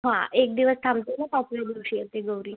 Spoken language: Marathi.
हां एक दिवस थांबतो ना पाचव्या दिवशी येते गौरी